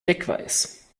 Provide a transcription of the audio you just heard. deckweiß